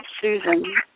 Susan